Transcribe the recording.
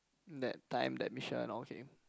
that time that mission okay